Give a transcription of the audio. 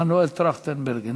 מנואל טרכטנברג,